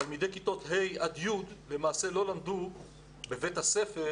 תלמידי כיתות ה' עד י' למעשה לא למדו בבית הספר